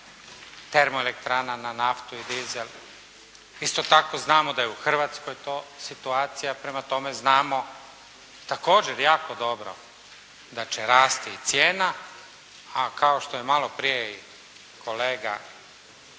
termoelektrana na naftu i dizel. Isto tako znamo da je u Hrvatskoj to situacija. Prema tome znamo također jako dobro da će rasti i cijena a kao što je malo prije i kolega